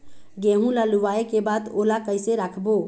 गेहूं ला लुवाऐ के बाद ओला कइसे राखबो?